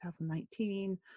2019